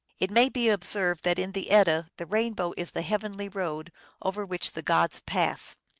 it may be observed that in the edda the rainbow is the heav enly road over which the gods pass.